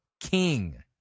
king